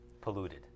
polluted